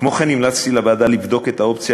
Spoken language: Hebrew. כמו כן המלצתי לוועדה לבדוק את האופציה